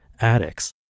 addicts